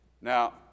Now